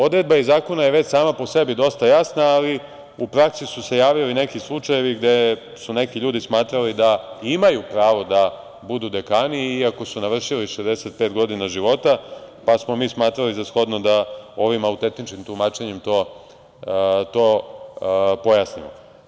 Odredba iz zakona je već sama po sebi dosta jasna, ali u praksi su se javili neki slučajevi gde su neki ljudi smatrali da imaju pravo da budu dekani, iako su navršili 65 godina života, pa smo mi smatrali za shodno da ovim autentičnim tumačenjem to pojasnimo.